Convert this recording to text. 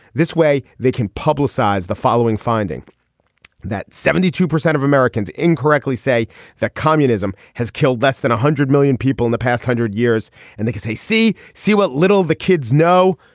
this way they can publicize the following finding that seventy two percent of americans incorrectly say that communism has killed less than one hundred million people in the past hundred years and because they see see what little the kids know.